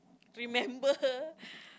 remember